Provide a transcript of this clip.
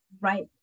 Right